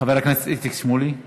חבר הכנסת איציק שמולי.